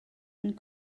and